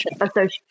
associated